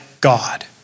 God